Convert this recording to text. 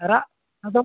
ᱨᱟᱜ ᱟᱫᱚᱢ